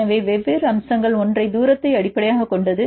எனவே 2 வெவ்வேறு அம்சங்கள் ஒன்று தூரத்தை அடிப்படையாகக் கொண்டது